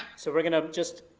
so we're gonna just,